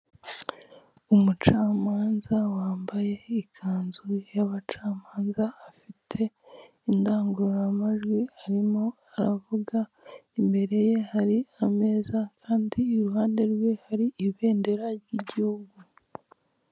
Umucamanza wambaye ikanzu y'abacamanza afite indangururamajwi arimo aravuga, imbere ye hari ameza kandi iruhande rwe hari ibendera ry'igihugu.